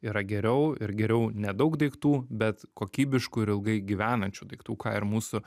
yra geriau ir geriau nedaug daiktų bet kokybiškų ir ilgai gyvenančių daiktų ką ir mūsų